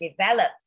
developed